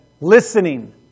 Listening